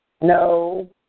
No